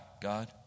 God